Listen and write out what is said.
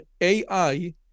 AI